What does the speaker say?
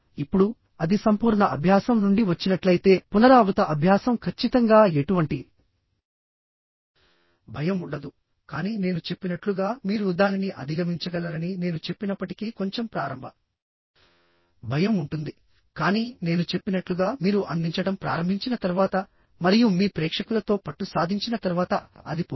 ఇప్పుడుఅది సంపూర్ణ అభ్యాసం నుండి వచ్చినట్లయితే పునరావృత అభ్యాసం ఖచ్చితంగా ఎటువంటి భయం ఉండదు కానీ నేను చెప్పినట్లుగామీరు దానిని అధిగమించగలరని నేను చెప్పినప్పటికీ కొంచెం ప్రారంభ భయం ఉంటుంది కానీ నేను చెప్పినట్లుగా మీరు అందించడం ప్రారంభించిన తర్వాత మరియు మీ ప్రేక్షకులతో పట్టు సాధించిన తర్వాత అది పోతుంది